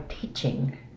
teaching